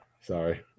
sorry